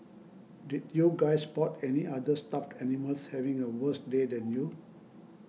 did you guys spot any other stuffed animals having a worse day than you